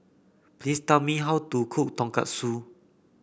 please tell me how to cook Tonkatsu